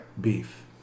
beef